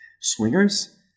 swingers